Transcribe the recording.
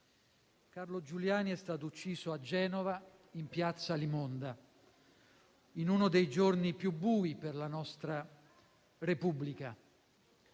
Carlo Giuliani è stato ucciso a Genova in piazza Alimonda, in uno dei giorni più bui per la nostra Repubblica.